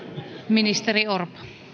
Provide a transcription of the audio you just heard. tämä on